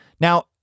Now